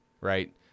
right